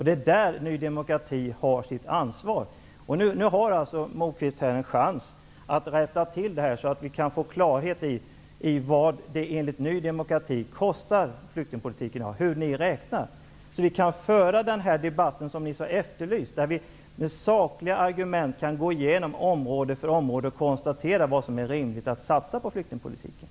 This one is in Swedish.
Det är Ny demokratis ansvar. Nu har Moquist här en chans att rätta till det här så att vi kan få klarhet i hur ni räknar när ni uppger vad flyktingpolitiken i dag kostar. Då kan vi föra den debatt som ni efterlyst, där vi med sakliga argument kan gå igenom område för område och konstatera vad som är rimligt att satsa på flyktingpolitiken.